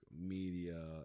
media